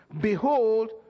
Behold